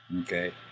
Okay